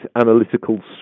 analytical